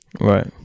Right